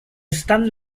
stan